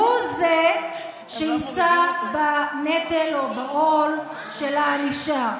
הוא זה שיישא בנטל או בעול של הענישה.